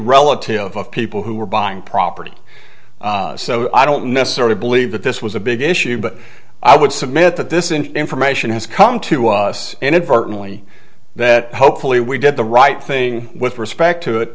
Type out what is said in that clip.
relatives of people who were buying property so i don't necessarily believe that this was a big issue but i would submit that this information has come to us inadvertently that hopefully we did the right thing with respect to it